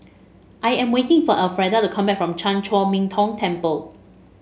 I am waiting for Alfreda to come back from Chan Chor Min Tong Temple